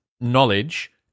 knowledge